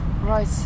right